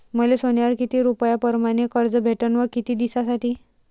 मले सोन्यावर किती रुपया परमाने कर्ज भेटन व किती दिसासाठी?